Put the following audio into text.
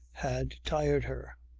had tired her.